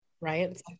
Right